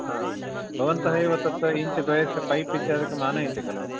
हा भवन्तः एव तत्र इञ्च् द्वयस्य पैप् इत्यादिकम् आनयन्ति खलु